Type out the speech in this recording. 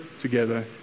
together